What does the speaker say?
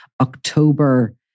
October